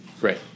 Great